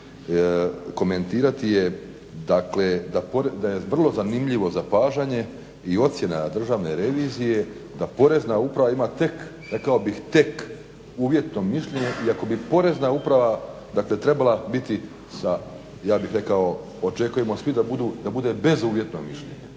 komentirati je dakle, da je vrlo zanimljivo zapažanje i ocjena Državne revizije da Porezna uprava ima tek, rekao bih tek uvjetno mišljenje iako bi Porezna uprava, dakle trebala biti sa, ja bih rekao, očekujemo svi da bude bezuvjetno mišljenje.